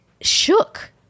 shook